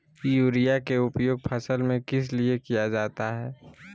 Urea के उपयोग फसल में किस लिए किया जाता है?